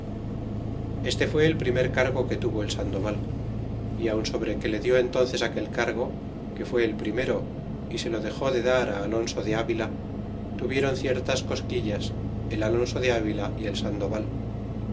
este fué el primer cargo que tuvo el sandoval y aun sobre que le dió entónces aquel cargo que fué el primero y se lo dexó de dar a alonso de avib tuviéron ciertas cosquillas el alonso de avila y el sandoval